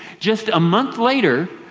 just a month later,